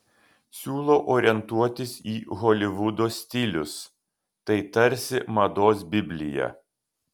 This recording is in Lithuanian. siūlau orientuotis į holivudo stilius tai tarsi mados biblija